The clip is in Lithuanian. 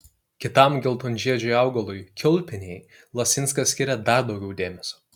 kitam geltonžiedžiui augalui kiaulpienei lasinskas skiria dar daugiau dėmesio